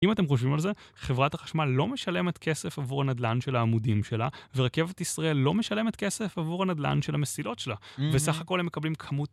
אם אתם חושבים על זה, חברת החשמל לא משלמת כסף עבור הנדלן של העמודים שלה, ורכבת ישראל לא משלמת כסף עבור הנדלן של המסילות שלה. ובסך הכל הם מקבלים כמות...